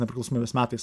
nepriklausomybės metais